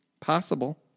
Possible